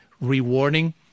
rewarding